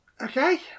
Okay